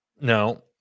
No